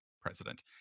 president